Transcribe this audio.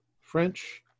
French